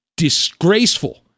disgraceful